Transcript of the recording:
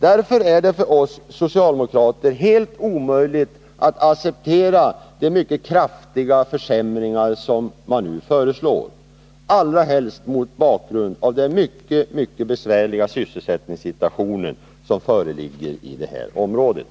Därför är det för oss socialdemokrater helt omöjligt att acceptera de mycket kraftiga försämringar som regeringen nu föreslår, allra helst mot bakgrund av den mycket besvärliga sysselsättningssituation som föreligger i det här området.